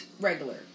regular